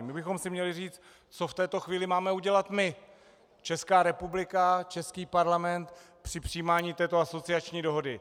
My bychom si měli říct, co v této chvíli máme udělat my, Česká republika, český Parlament, při přijímání této asociační dohody.